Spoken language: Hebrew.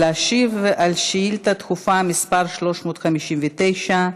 להשיב על שאילתה דחופה מס' 359,